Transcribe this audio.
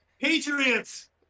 Patriots